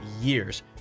years